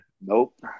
Nope